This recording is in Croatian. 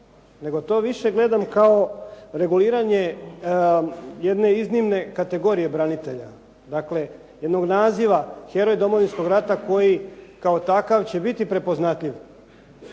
nego to više gledam kao reguliranje jedne iznimne kategorije branitelja, dakle jednog naziva "heroj Domovinskog rata" koji kao takav će biti prepoznatljiv.